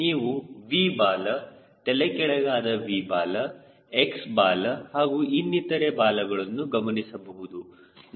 ನೀವು V ಬಾಲ ತಲೆಕೆಳಗಾದ V ಬಾಲ X ಬಾಲ ಹಾಗೂ ಇನ್ನಿತರೆ ಬಾಲಗಳನ್ನು ಗಮನಿಸಬಹುದು